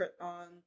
on